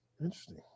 interesting